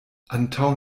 antaŭ